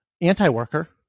anti-worker